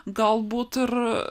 galbūt ir